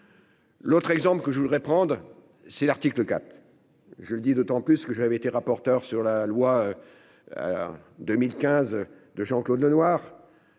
L'autre exemple que je voudrais prendre, c'est l'article 4. Je le dis d'autant plus que j'avais été rapporteur sur la loi. 2015 de Jean-Claude Lenoir.